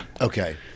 Okay